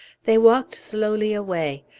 they walked slowly away,